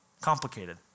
complicated